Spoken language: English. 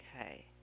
Okay